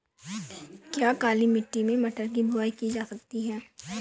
क्या काली मिट्टी में मटर की बुआई की जा सकती है?